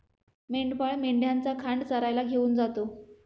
मेंढपाळ मेंढ्यांचा खांड चरायला घेऊन जातो